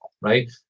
right